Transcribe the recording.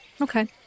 Okay